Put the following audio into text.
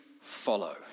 follow